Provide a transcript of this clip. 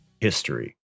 history